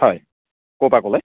হয় ক'ৰ পৰা ক'লে